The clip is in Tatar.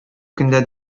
көндә